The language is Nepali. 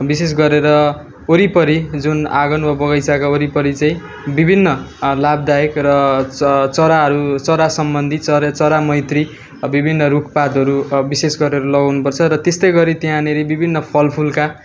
विशेष गरेर वरिपरि जुन आँगन वा बगैँचाको वरिपरि चैँ बिभिन्न लाभदायक र च चराहरू चरा सम्बन्धित चरे चरा मैत्री विभिन्न रुखपातहरू विशेष गरेर लगाउनुपर्छ र त्यस्तै गरी त्यहाँनेरी विभिन्न फलफुलका